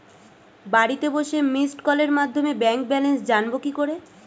বাড়িতে বসে মিসড্ কলের মাধ্যমে ব্যাংক ব্যালেন্স জানবো কি করে?